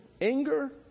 anger